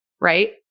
right